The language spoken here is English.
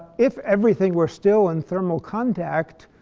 if everything were still in thermal contact,